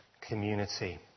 community